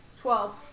Twelve